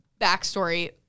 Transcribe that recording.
backstory